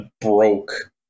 broke